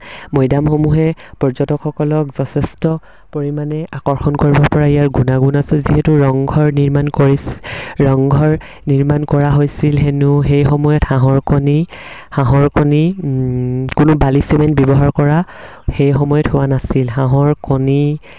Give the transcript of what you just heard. মৈদামসমূহে পৰ্যটকসকলক যথেষ্ট পৰিমাণে আকৰ্ষণ কৰিব পৰা ইয়াৰ গুণাগুণ আছে যিহেতু ৰংঘৰ নিৰ্মাণ কৰিছিল ৰংঘৰ নিৰ্মাণ কৰা হৈছিল হেনো সেই সময়ত হাঁহৰ কণী হাঁহৰ কণী কোনো বালি চিমেণ্ট ব্যৱহাৰ কৰা সেই সময়ত হোৱা নাছিল হাঁহৰ কণী